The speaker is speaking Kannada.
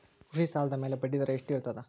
ಕೃಷಿ ಸಾಲದ ಮ್ಯಾಲೆ ಬಡ್ಡಿದರಾ ಎಷ್ಟ ಇರ್ತದ?